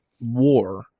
war